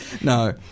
No